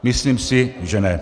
Myslím si, že ne.